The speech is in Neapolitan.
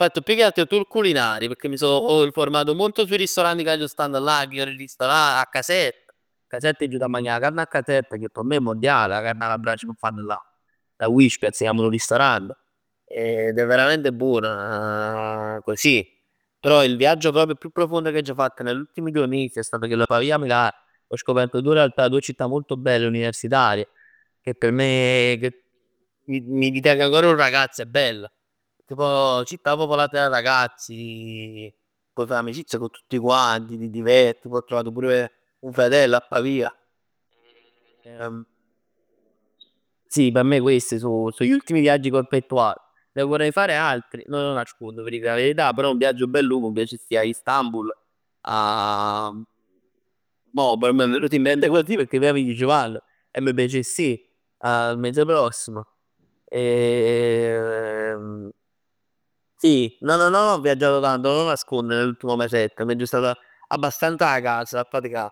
Ho fatto più che altro tour culinari, pecchè mi so informato molto sui ristoranti cà c' stanno là, i migliori ristoranti a Caserta. Caserta, è jut 'a magnà 'a carn 'a Caserta che p' me è mondiale, 'a carn alla brace ch' fann là. La s' chiamm 'o ristorante ed è veramente buona così. Però il viaggio proprio più profondo ch' aggio fatt negli ultimi due mesi è stato chill Pavia Milano, ho scoperto due realtà, due città molto belle, universitarie, che per me mi ritengo ancora un ragazzo è bello. Cà pò città popolate da ragazzi, puoi fa amicizia co tutti quanti, ti diverti, poi ho trovato pure un fratello a Pavia. Sì p' me questi so gli ultimi viaggi che ho effettuato. Ne vorrei fare altri, non lo nascono v' dic 'a verità, però un viaggio, un bel luogo, m' piacess 'a ji 'a Istanbul. A, mo m' è venuto in mente così perchè capì m' manc e m' piacess ji il mese prossimo. Sì non ho viaggiato tanto, non lo nascondo, nell'ultimo mesetto. M'aggio stat abbastanz 'a cas 'a faticà,